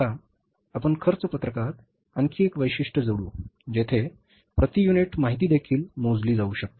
आता आपण खर्च पत्रकात आणखी एक वैशिष्ट्य जोडू जेथे प्रति युनिट माहिती देखील मोजली जाऊ शकते